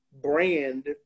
brand